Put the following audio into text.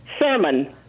sermon